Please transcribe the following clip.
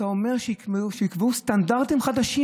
אתה אומר: שיקבעו סטנדרטים חדשים.